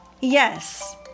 Yes